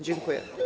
Dziękuję.